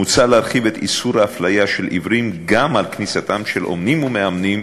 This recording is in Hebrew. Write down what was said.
מוצע להרחיב את איסור הפליית עיוורים גם על כניסת אומנים ומאמנים